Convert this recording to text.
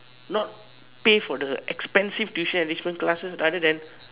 not pay for the expensive tuition enrichment classes rather than